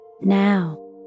Now